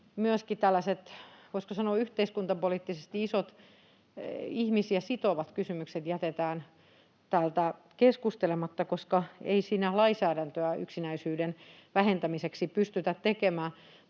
sanoa yhteiskuntapoliittisesti isot, ihmisiä sitovat kysymykset jätetään täällä keskustelematta, koska ei siinä lainsäädäntöä yksinäisyyden vähentämiseksi pystytä tekemään.